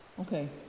okay